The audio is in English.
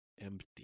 Empty